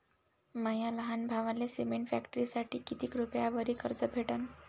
माया लहान भावाले सिमेंट फॅक्टरीसाठी कितीक रुपयावरी कर्ज भेटनं?